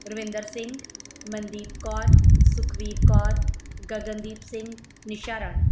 Ravinder Singh Mandeep Kaur Sukhbir Kaur Gagandeep Singh Nisha Rani